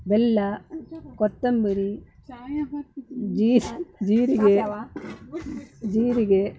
ಬೆಲ್ಲ ಕೊತ್ತಂಬರಿ ಜೀಸ್ ಜೀರಿಗೆ ಜೀರಿಗೆ